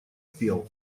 пел